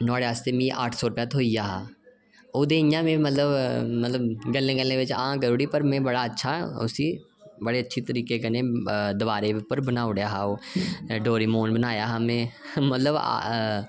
नुहाड़े आस्तै मिगी अट्ठ सौ रपेआ थ्होई गेआ हा ओह् में बी इंया मतलब गल्लें गल्लें पर हां करी ओड़ी पर में बड़ा अच्छा उसी बड़े अच्छे तरीके कन्नै दिवारे पर बनाई ओड़ेआ हा ओह् ते डोरीमोन बनाया हा में मतलब